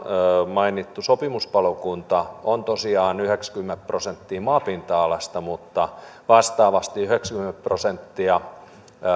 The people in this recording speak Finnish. mainittu sopimuspalokunta on pelastustoiminnassa tosiaan yhdeksänkymmentä prosenttia maapinta alasta mutta vastaavasti yhdeksänkymmentä prosenttia